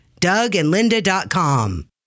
dougandlinda.com